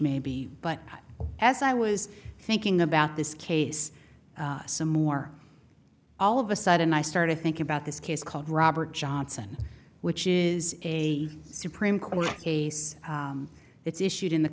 maybe but as i was thinking about this case some more all of a sudden i started thinking about this case called robert johnson which is a supreme court case it's issued in the